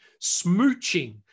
smooching